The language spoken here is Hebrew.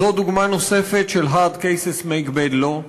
זו דוגמה נוספת של Hard cases make bad law.